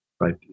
right